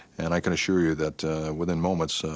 and i can assure you that within moments,